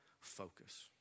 focus